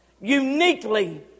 Uniquely